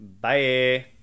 Bye